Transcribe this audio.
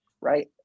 right